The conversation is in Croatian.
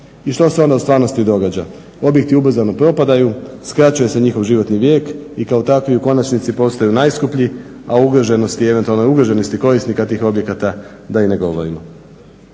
I što se onda u stvarnosti događa? Objekti ubrzano propadaj, skraćuje se njihov životni vijek i kao takvi u konačnici postaju najskuplji, a o ugroženosti i eventualne ugroženosti korisnika tih objekata da i ne govorimo.